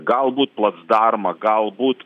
galbūt placdarmą galbūt